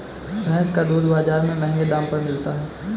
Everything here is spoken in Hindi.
भैंस का दूध बाजार में महँगे दाम पर मिलता है